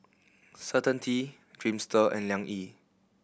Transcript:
Certainty Dreamster and Liang Yi